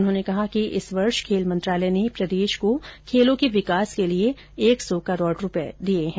उन्होंने कहा कि इस वर्ष खेल मंत्रालय ने प्रदेश को खेलों के विकास के लिए एक सौ करोड रूपये दिए है